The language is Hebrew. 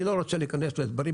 אני לא רוצה להיכנס להסברים,